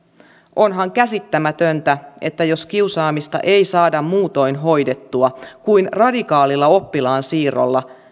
onhan käsittämätöntä että jos kiusaamista ei saada muutoin hoidettua kuin radikaalilla oppilaan siirrolla